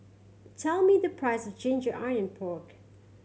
tell me the price of ginger onion pork